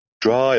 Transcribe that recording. dry